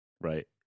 right